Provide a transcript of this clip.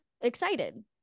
excited